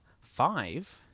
five